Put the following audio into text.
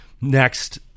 next